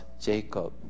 Jacob